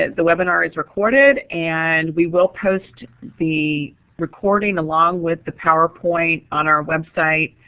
the webinar is recorded and we will post the recording along with the powerpoint on our website.